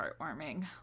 heartwarming